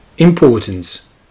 Importance